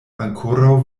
ankoraŭ